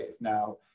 Now